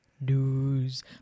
news